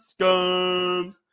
scums